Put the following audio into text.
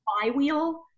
flywheel